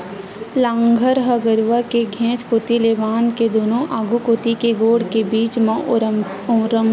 लांहगर ह गरूवा के घेंच कोती ले बांध के दूनों आघू कोती के गोड़ के बीच म ओरमत रहिथे